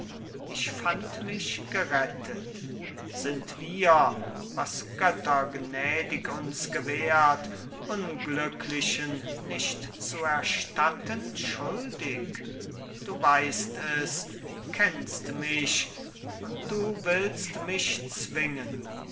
und ich fand mich gerettet sind wir was götter gnädig uns gewährt unglücklichen nicht zu erstatten schuldig du weißt es kennst mich und du willst mich zwingen